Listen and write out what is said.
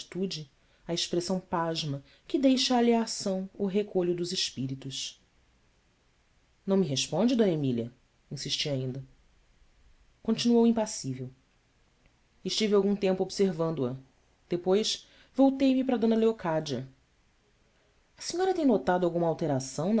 e atitude a expressão pasma que deixa a alheação ou o recolho dos espíritos ão me responde d emília insisti ainda continuou impassível estive algum tempo observando a depois voltei-me para eocádia senhora tem notado alguma alteração